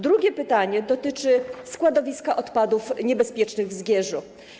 Drugie pytanie dotyczy składowiska odpadów niebezpiecznych w Zgierzu.